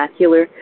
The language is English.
macular